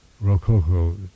Rococo